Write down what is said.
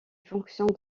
fonctionne